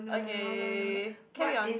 okay carry on